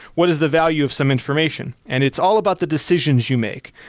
what is the value of some information? and it's all about the decisions you make.